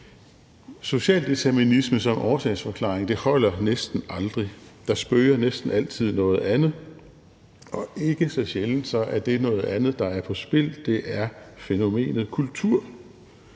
Socialdeterminismen som årsagsforklaring holder næsten aldrig. Der spøger næsten altid noget andet, og ikke så sjældent er det noget andet, der er på spil, fænomenet kultur,